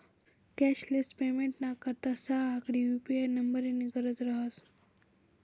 cashless पेमेंटना करता सहा आकडी यु.पी.आय नम्बरनी गरज रहास